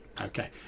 Okay